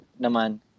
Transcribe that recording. naman